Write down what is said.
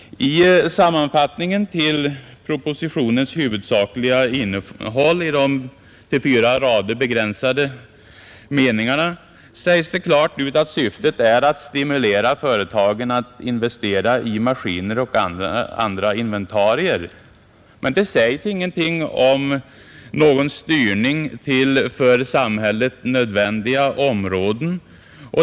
I sammanfattningen av propositionens huvudsakliga innehåll — i de till fyra rader begränsade meningarna — sägs klart ut att syftet är att stimulera företagen att investera i maskiner och andra inventarier. Men det sägs ingenting om någon styrning till för samhället nödvändiga områden.